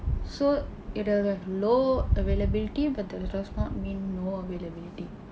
so இடத்தில ஒரு:idaththila oru low availability but that does not mean no availability